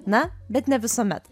na bet ne visuomet